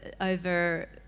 over